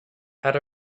had